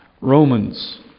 Romans